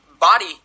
body